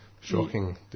shocking